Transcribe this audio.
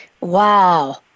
Wow